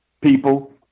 people